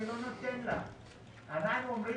אנחנו אומרים